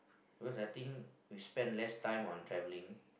because I think we spend less time on traveling